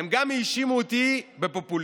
הם גם האשימו אותי בפופוליזם.